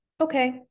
okay